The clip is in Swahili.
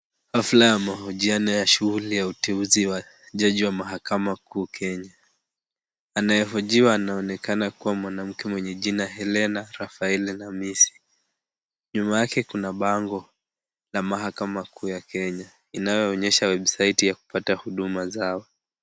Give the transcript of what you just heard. Hafla ya mahojiano ya shughuli ya uteuzi wa jaji wa mahakama kuu Kenya. Anayehojiwa anaonekana kuwa mwanamke mwenye jina Helene Rafaela Namisi. Nyuma yake kuna bango la mahakama kuu ya Kenya inayoonyesha website ya kupata huduma zao.